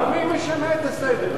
אבל מי משנה את הסדר?